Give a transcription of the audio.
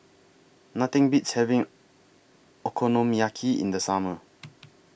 Nothing Beats having Okonomiyaki in The Summer